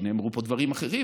כי נאמרו כאן דברים אחרים.